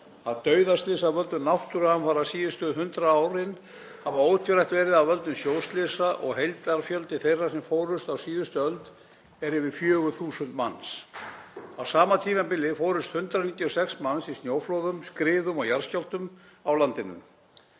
að dauðaslys af völdum náttúruhamfara síðustu 100 árin hafi ótvírætt verið af völdum sjóslysa og heildarfjöldi þeirra sem fórust á síðustu öld yfir 4.000 manns. Á sama tímabili fórust 196 manns í snjóflóðum, skriðum og jarðskjálftum á landinu.